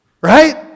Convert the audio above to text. Right